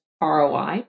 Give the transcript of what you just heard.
ROI